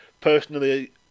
personally